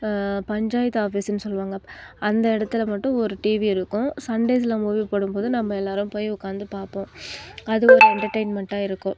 பஞ்சாயத்து ஆஃபீஸுன்னு சொல்லுவாங்க அந்த இடத்துல மட்டும் ஒரு டிவி இருக்கும் சண்டேஸ்ல மூவி போடும்போது நம்ம எல்லாரும் போய் உட்காந்து பார்ப்போம் அது ஒரு என்டர்டைன்மெண்டாக இருக்கும்